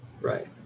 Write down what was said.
Right